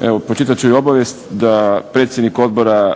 Evo pročitat ću i obavijest da predsjednik Odbora